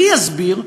מי יסביר?